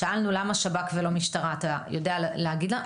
שאלנו למה שב"כ ולא משטרה, אתה יודע להגיד לנו?